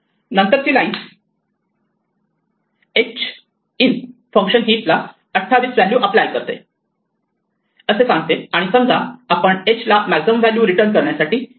नंतरची line h in function हीपला 28 ही व्हॅल्यू अप्लाय करते असे सांगते आणि समजा आता आपण h ला मॅक्सिमम व्हॅल्यू रिटर्न करण्यासाठी h